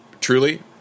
truly